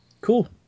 Cool